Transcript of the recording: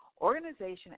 organization